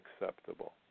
acceptable